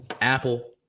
Apple